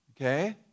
okay